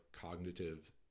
cognitive